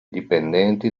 dipendenti